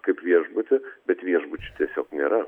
kaip viešbuty bet viešbučių tiesiog nėra